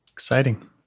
exciting